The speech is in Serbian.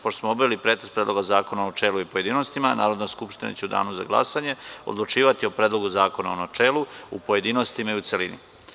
Pošto smo obavili pretres Predloga zakona u načelu i u pojedinostima, Narodna skupština će u Danu za glasanje odlučivati o Predlogu zakona u načelu, pojedinostima i u celini.